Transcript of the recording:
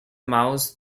mouse